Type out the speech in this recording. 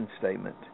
statement